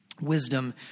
wisdom